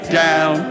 down